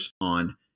on